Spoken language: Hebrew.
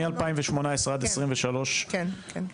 מ-2018 עד 2023. כן,